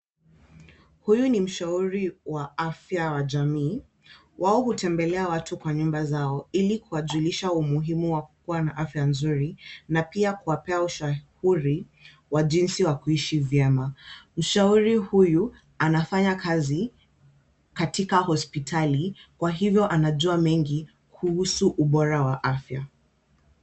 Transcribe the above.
Huyu ni mshauri wa afya wa jamii, wao hutembelea watu kwa nyumba zao ili kuwajulisha umuhimu wa kukuwa na afya nzuri na pia kuwapea ushauri wa jinsi wa kuishi vyema. Mshauri huyu anafanya kazi katika hospitali kwa hivyo anajua mengi kuhusu ubora wa afya.